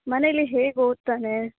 ಮನೆಯಲ್ಲಿ ಹೇಗೆ ಓದ್ತಾನೆ